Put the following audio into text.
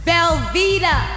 Velveeta